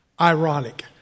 ironic